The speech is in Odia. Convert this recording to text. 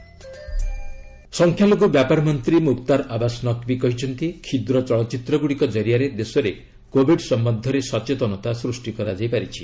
ସର୍ଟ୍ ଫିଲ୍ମ କରୋନା ସଂଖ୍ୟାଲଘୁ ବ୍ୟାପାର ମନ୍ତ୍ରୀ ମୁକ୍ତାର ଆବାସ୍ ନକ୍ବୀ କହିଛନ୍ତି କ୍ଷୁଦ୍ର ଚଳଚ୍ଚିତ୍ର ଗୁଡ଼ିକ ଜରିଆରେ ଦେଶରେ କୋବିଡ୍ ସମ୍ଭନ୍ଧରେ ସଚେତନତା ସୃଷ୍ଟି କରାଯାଇ ପାରିଛି